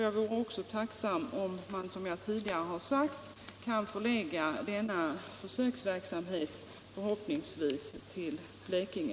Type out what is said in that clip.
Jag vore också tacksam — som jag tidigare sagt — om man kunde förlägga denna försöksverksamhet till Blekinge